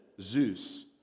Zeus